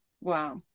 Wow